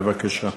בבקשה.